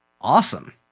Awesome